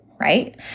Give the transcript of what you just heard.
right